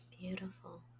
beautiful